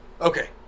Okay